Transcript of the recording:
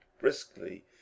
briskly